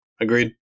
Agreed